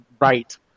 right